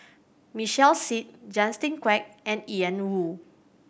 Michael Seet Justin Quek and Ian Woo